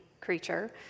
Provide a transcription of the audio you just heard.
creature